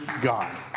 God